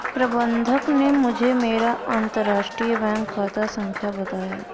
प्रबन्धक ने मुझें मेरा अंतरराष्ट्रीय बैंक खाता संख्या बताया